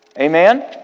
Amen